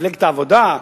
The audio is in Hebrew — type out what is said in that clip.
מפלגת העבודה.